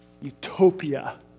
utopia